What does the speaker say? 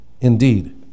Indeed